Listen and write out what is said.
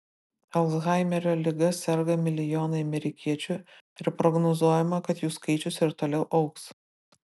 alzhaimerio liga serga milijonai amerikiečių ir prognozuojama kad jų skaičius ir toliau augs